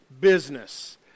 business